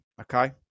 okay